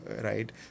right